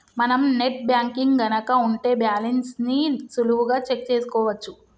మనం net banking గనక ఉంటే బ్యాలెన్స్ ని సులువుగా చెక్ చేసుకోవచ్చు